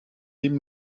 dem